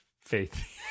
faith